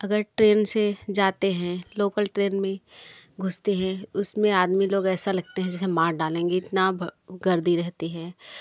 अगर ट्रेन से जाते हैं लोकल ट्रेन में घुसते हें उसमें आदमी लोग ऐसा लगते हैं जैसे मार डालेंगे इतना गर्दी रहती है